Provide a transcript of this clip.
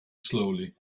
slowly